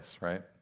right